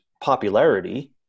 popularity